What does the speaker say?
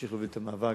אמשיך להוביל את המאבק